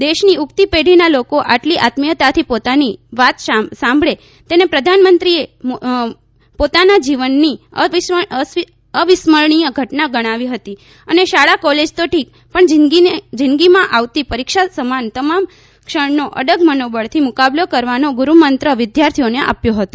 દેશ ની ઊગતી પેઢી ના લોકો આટલી આત્મીયતાથી પોતાની વાત સાંભળે તેને પ્રધાનમંત્રીએ મોદીએ પોતાના જીવનની અવિસ્મરણીય ઘટના ગણાવી હતી અને શાળા કોલેજ તો ઠીક પણ જિંદગીમાં આવતી પરીક્ષા સમાન તમામ ક્ષણનો અડગ મનોબળથી મુકાબલો કરવાનો ગુરુમંત્ર વિદ્યાર્થીઓને આપ્યો હતો